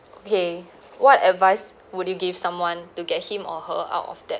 okay what advice would you give someone to get him or her out of debt